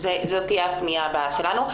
זאת תהיה הפנייה הבאה שלנו.